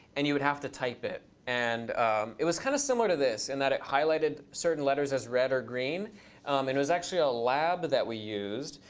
and you would have to type it. and it was kind of similar to this in that it highlighted certain letters as red or green, and it was actually a lab that we used.